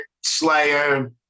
Slayer